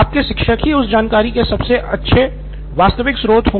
आपके शिक्षक ही उस जानकारी के सबसे वास्तविक स्रोत होंगे